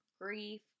grief